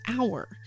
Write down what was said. hour